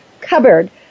cupboard